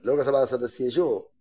Lok Sabha सदस्येषु